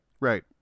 right